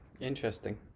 Interesting